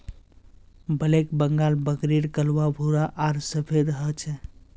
black Bengal बकरीर कलवा भूरा आर सफेद ह छे